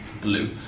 blue